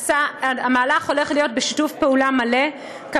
המהלך הולך להיות בשיתוף פעולה מלא אתם,